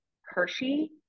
Hershey